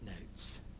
notes